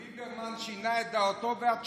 ליברמן שינה את דעתו ואת שותקת,